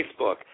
Facebook